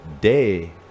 day